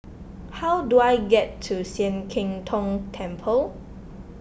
how do I get to Sian Keng Tong Temple